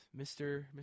mr